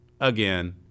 again